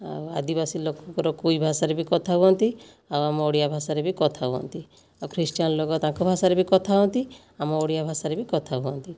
ଆଉ ଆଦିବାସୀ ଲୋକଙ୍କର କୁଇ ଭାଷାରେ ବି କଥା ହୁଅନ୍ତି ଆଉ ଆମ ଓଡ଼ିଆ ଭାଷାରେ ବି କଥା ହୁଅନ୍ତି ଆଉ ଖ୍ରୀଷ୍ଟିଆନ ଲୋକ ତାଙ୍କ ଭାଷାରେ ବି କଥା ହୁଅନ୍ତି ଆମ ଓଡ଼ିଆ ଭାଷାରେ ବି କଥା ହୁଅନ୍ତି